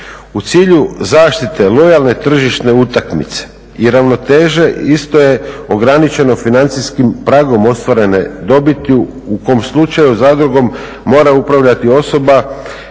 U cilju zaštite lojalne tržišne utakmice i ravnoteže isto je ograničeno financijskim pragom ostvarene dobiti u kom slučaju zadrugom mora upravljati osoba